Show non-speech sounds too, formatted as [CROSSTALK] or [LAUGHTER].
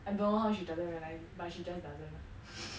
I don't know how she doesn't realize it but she just doesn't [LAUGHS]